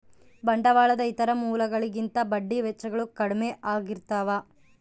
ಬಂಡವಾಳದ ಇತರ ಮೂಲಗಳಿಗಿಂತ ಬಡ್ಡಿ ವೆಚ್ಚಗಳು ಕಡ್ಮೆ ಆಗಿರ್ತವ